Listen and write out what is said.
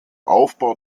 aufbau